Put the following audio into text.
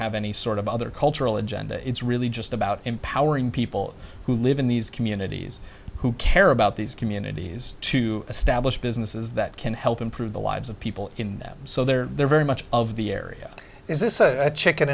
have any sort of other cultural agenda it's really just about empowering people who live in these communities who care about these communities to establish businesses that can help improve the lives of people in them so they're very much of the area is this a chicken